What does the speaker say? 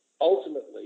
ultimately